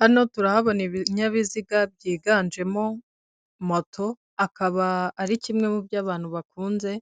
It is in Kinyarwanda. Hano turahabona ibinyabiziga byiganjemo moto, akaba ari kimwe mu byo abantu bakunze